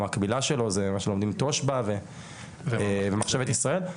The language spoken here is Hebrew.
המקבילה שלו זה מה שלומדים תושב"ע ומחשבת ישראל,